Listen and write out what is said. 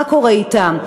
מה קורה אתם?